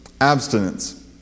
abstinence